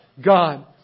God